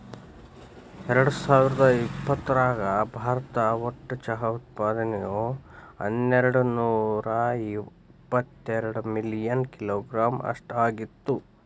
ಎರ್ಡಸಾವಿರದ ಇಪ್ಪತರಾಗ ಭಾರತ ಒಟ್ಟು ಚಹಾ ಉತ್ಪಾದನೆಯು ಹನ್ನೆರಡನೂರ ಇವತ್ತೆರಡ ಮಿಲಿಯನ್ ಕಿಲೋಗ್ರಾಂ ಅಷ್ಟ ಆಗಿತ್ತು